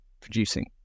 producing